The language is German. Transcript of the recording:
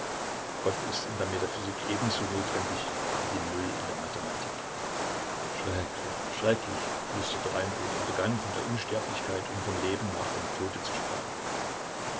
gott ist in der metaphysik ebenso notwendig wie die null in der mathematik schrecklich schrecklich flüsterte reinbot und begann von der unsterblichkeit und vom leben nach dem tode zu sprechen